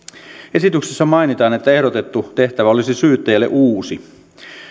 esityksessä mainitaan että ehdotettu tehtävä olisi syyttäjälle uusi